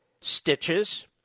Stitches